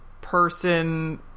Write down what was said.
person